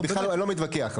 אני בכלל לא מתווכח.